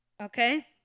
okay